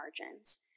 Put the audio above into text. margins